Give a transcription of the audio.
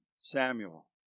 Samuel